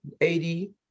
80